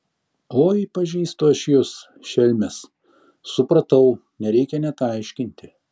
oi pažįstu aš jus šelmes supratau nereikia net aiškinti